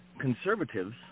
conservatives